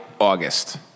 August